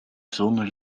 zoon